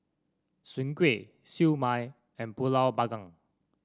Soon Kway Siew Mai and pulut panggang